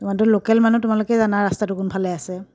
তোমালোকটো local মানুহ তোমালোকে জানা ৰাস্তাটো কোনফালে আছে